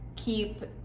keep